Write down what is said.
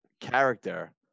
character